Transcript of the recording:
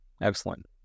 Excellent